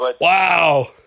Wow